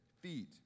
feet